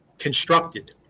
constructed